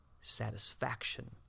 satisfaction